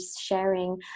sharing